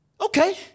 Okay